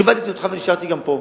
כיבדתי אותך ונשארתי פה.